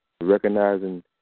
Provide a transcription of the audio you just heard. recognizing